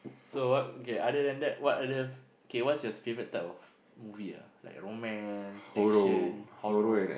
so what okay other than that what other K what is your favourite type of movie ah like romance action horror